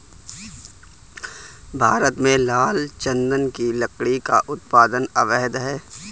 भारत में लाल चंदन की लकड़ी का उत्पादन अवैध है